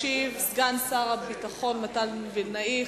ישיב סגן שר הביטחון מתן וילנאי.